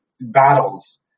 battles